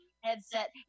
headset